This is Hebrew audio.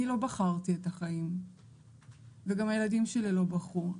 אני לא בחרתי את החיים וגם הילדים שלי לא בחרו.